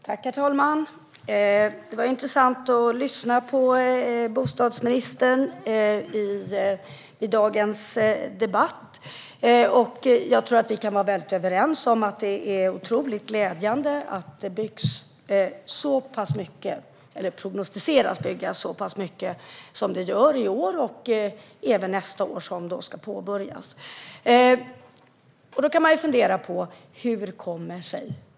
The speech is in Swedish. Herr talman! Det var intressant att lyssna på bostadsministern i dagens debatt. Jag tror att vi kan vara överens om att det är otroligt glädjande att det prognosticeras att byggas så pass mycket som det gör i år. Det gäller även nästa år och det som ska påbörjas då. Man kan fundera på hur detta kommer sig.